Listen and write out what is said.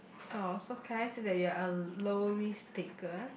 oh so can I say that you're a low risk taker